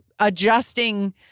adjusting